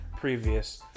previous